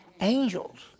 Angels